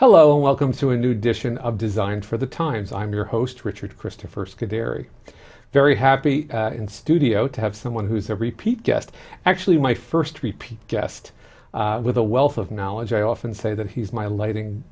hello welcome to a new edition of design for the times i'm your host richard christopher's could very very happy in studio to have someone who is a repeat guest actually my first repeat guest with a wealth of knowledge i often say that he's my lighting